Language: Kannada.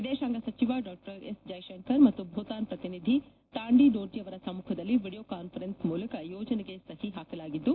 ವಿದೇಶಾಂಗ ಸಚಿವ ಡಾ ಎಸ್ ಜೈಶಂಕರ್ ಮತ್ತು ಭೂತಾನ್ ಪ್ರತಿನಿಧಿ ತಾಂಡಿ ಡೋರ್ಜಿ ಅವರ ಸಮ್ಮುಖದಲ್ಲಿ ವಿಡಿಯೋ ಕಾನ್ವರೆನ್ಸ್ ಮೂಲಕ ಯೋಜನೆಗೆ ಸಹಿ ಪಾಕಲಾಗಿದ್ದು